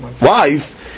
wife